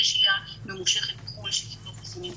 שהייה ממושכת בחו"ל וקיבלו חיסונים בחו"ל,